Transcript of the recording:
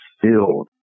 filled